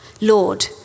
Lord